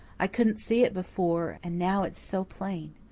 i couldn't see it before and now it's so plain.